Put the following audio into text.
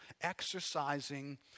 exercising